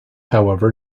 however